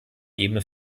ebene